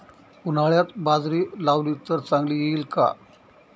उन्हाळ्यात बाजरी लावली तर चांगली येईल का?